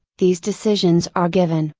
these decisions are given,